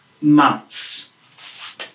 months